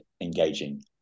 engaging